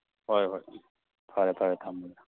ꯍꯣꯏ ꯍꯣꯏ ꯐꯔꯦ ꯐꯔꯦ ꯊꯝꯃꯣ ꯊꯝꯃꯣ